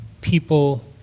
people